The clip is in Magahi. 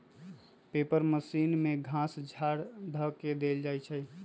पेपर मशीन में घास झाड़ ध देल जाइ छइ